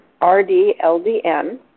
R-D-L-D-N